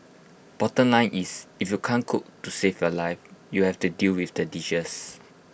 bottom line is if you can't cook to save your life you'll have to deal with the dishes